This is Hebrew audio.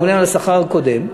הממונה על השכר הקודם,